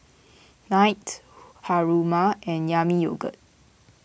Knight Haruma and Yami Yogurt